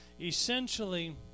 essentially